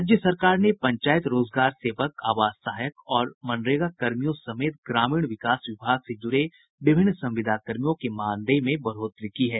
राज्य सरकार ने पंचायत रोजगार सेवक आवास सहायक और मनरेगा कर्मियों समेत ग्रामीण विकास विभाग से जूड़े विभिन्न संविदा कर्मियों के मानदेय में बढ़ोतरी की है